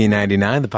1999